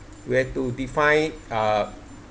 we have to define uh